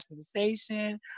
sensation